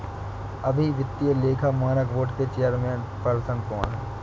अभी वित्तीय लेखा मानक बोर्ड के चेयरपर्सन कौन हैं?